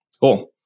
Cool